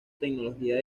tecnología